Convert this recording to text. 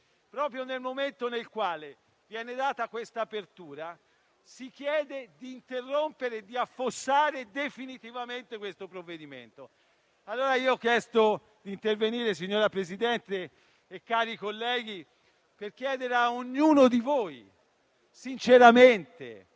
Proprio nel momento nel quale viene data quest'apertura, si chiede di interrompere e di affossare definitivamente questo provvedimento. Ho chiesto di intervenire, signor Presidente e cari colleghi, per chiedere a ognuno di voi, sinceramente,